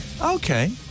Okay